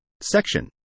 section